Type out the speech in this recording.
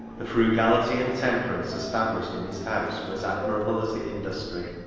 the frugality and temperance established in his house, were as admirable as the industry.